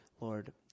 Lord